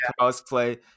cosplay